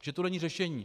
Že to není řešení.